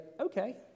okay